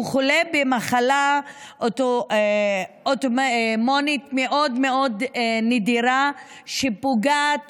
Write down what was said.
הוא חולה במחלה אוטואימונית מאוד מאוד נדירה שפוגעת